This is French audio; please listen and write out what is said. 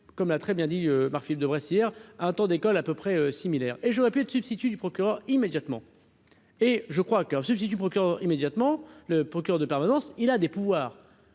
comme l'a très bien dit Marc-Philippe Daubresse hier un taux d'école à peu près similaire et j'aurais de substitut du procureur, immédiatement et je crois qu'un substitut du procureur, immédiatement, le procureur de permanence, il a des pouvoirs